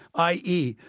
i. e.